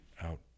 out